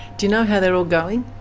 do you know how they're all going?